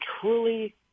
truly –